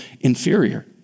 inferior